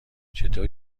چطور